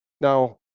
Now